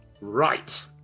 right